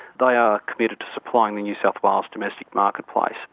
they are committed to supplying the new south wales domestic marketplace.